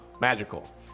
magical